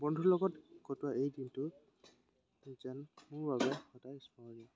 বন্ধুৰ লগত কটোৱা এই দিনটো যেন মোৰ বাবে সদায় স্মৰণীয়